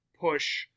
push